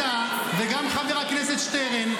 אתה וגם חבר הכנסת שטרן,